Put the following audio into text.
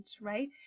right